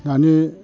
दानि